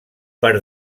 per